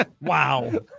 wow